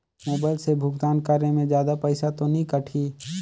Mobile से भुगतान करे मे जादा पईसा तो नि कटही?